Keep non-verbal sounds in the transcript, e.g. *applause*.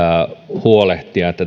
huolehtia että *unintelligible*